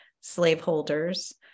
slaveholders